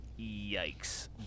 Yikes